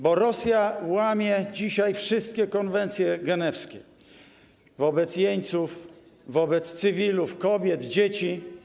Bo Rosja łamie dzisiaj wszystkie konwencje genewskie wobec jeńców, wobec cywilów, kobiet i dzieci.